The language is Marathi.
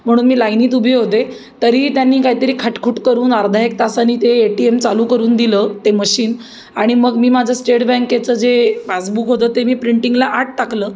म्हणून मी लाईनीत उभे होते तरीही त्यांनी काहीतरी खट खुट करून अर्धा एक तासाने ते ए टी एम चालू करून दिलं ते मशीन आणि मग मी माझं स्टेट बँकेचं जे पासबुक होतं ते मी प्रिंटिंगला आत टाकलं